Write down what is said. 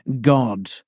God